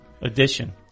addition